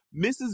Mrs